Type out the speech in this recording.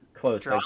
close